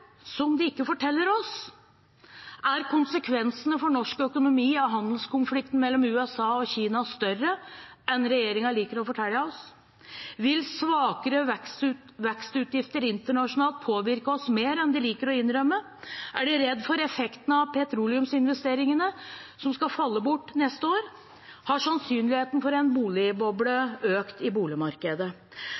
som de ikke forteller oss? Er konsekvensene for norsk økonomi av handelskonflikten mellom USA og Kina større enn regjeringen liker å fortelle oss? Vil svakere vekstutsikter internasjonalt påvirke oss mer enn de liker å innrømme? Er de redde for effektene av petroleumsinvesteringene, som skal falle bort neste år? Har sannsynligheten for en boble økt i boligmarkedet?